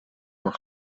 voor